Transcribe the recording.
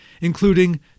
including